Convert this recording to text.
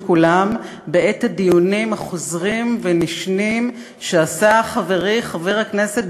כולם בעת הדיונים החוזרים ונשנים שעשה חברי חבר הכנסת